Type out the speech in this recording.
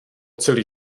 celý